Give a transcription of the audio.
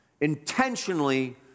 intentionally